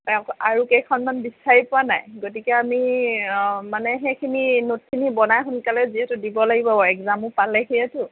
আৰু কেইখনমান বিচাৰি পোৱা নাই গতিকে আমি মানে সেইখিনি নোটখিনি বনাই সোনকালে যিহেতু দিব লাগিব এক্সামো পালেহিয়েতো